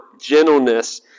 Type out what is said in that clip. gentleness